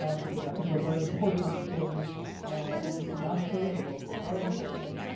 um because that is a very important story nationally but also very important,